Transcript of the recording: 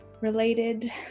related